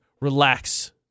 relax